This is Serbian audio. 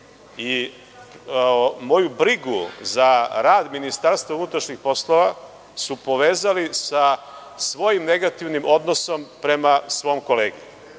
i moju brigu za rad Ministarstva unutrašnjih poslova su povezali sa svojim negativnim odnosom prema svom kolegi,